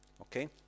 Okay